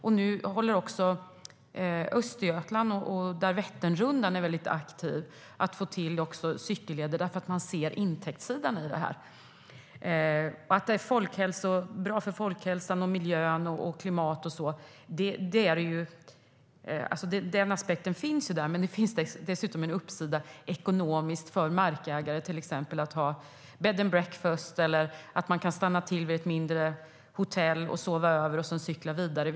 I Östergötland är arrangörerna av Vätternrundan mycket aktiva i att få till cykelleder, för de ser intäktsmöjligheterna. En aspekt är att det är bra för folkhälsa, miljö och klimat. Det finns dessutom en uppsida ekonomiskt för markägare. De kan till exempel ha bed and breakfast, och cyklisterna kan stanna till vid mindre hotell för att sova över och sedan cykla vidare.